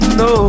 no